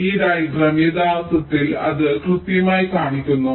അതിനാൽ ഈ ഡയഗ്രം യഥാർത്ഥത്തിൽ അത് കൃത്യമായി കാണിക്കുന്നു